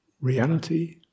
Reality